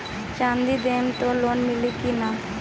चाँदी देहम त लोन मिली की ना?